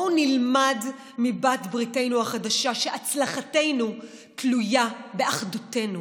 בואו נלמד מבעלת בריתנו החדשה שהצלחתנו תלויה באחדותנו.